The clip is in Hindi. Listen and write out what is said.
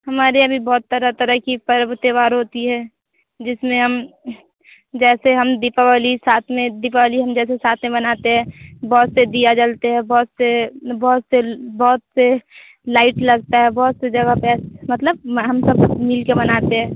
हमारे यहाँ भी बहुत तरह तरह की पर्व त्योहार होती है जिसमें हम जैसे हम दीपावली साथ में दीपावली हम जैसे साथ में मनाते हैं बहुत से दिया जलते हैं बहुत से बहुत से बहुतत से लाइट लगता है बहुत से जगह पर मतलब हम सब मिल के मनाते हैं